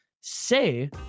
say